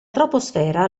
troposfera